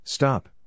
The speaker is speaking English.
Stop